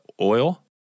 oil